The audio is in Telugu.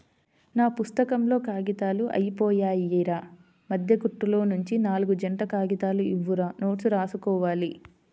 నా పుత్తకంలో కాగితాలు అయ్యిపొయ్యాయిరా, మద్దె కుట్టులోనుంచి నాల్గు జంట కాగితాలు ఇవ్వురా నోట్సు రాసుకోవాలి